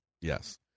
Yes